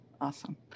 Awesome